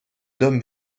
dom